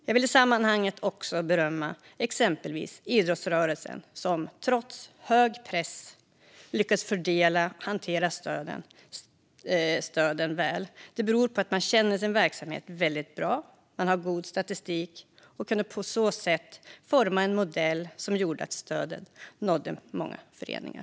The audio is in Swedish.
Jag vill i sammanhanget också berömma exempelvis idrottsrörelsen, som trots hög press lyckades fördela och hantera stöden väl. Det beror på att man känner sin verksamhet väldigt väl och har god statistik och därmed kunde forma en modell som gjorde att stödet nådde många föreningar.